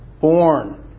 born